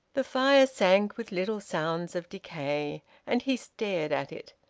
the fire sank, with little sounds of decay and he stared at it,